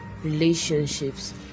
relationships